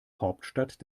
hauptstadt